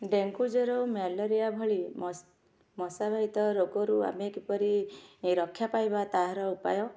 dengue ଜ୍ୱର ଓ malaria ଭଳି ମଶ ମଶାବାହିତ ରୋଗରୁ ଆମେ କିପରି ରକ୍ଷା ପାଇବା ତାହାର ଉପାୟ